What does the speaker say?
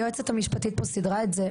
היועצת המשפטית פה סידרה את זה,